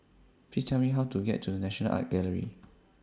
Please Tell Me How to get to The National Art Gallery